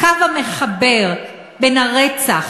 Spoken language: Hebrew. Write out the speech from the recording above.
הקו המחבר בין הרצח